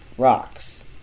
Rocks